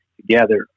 together